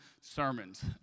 sermons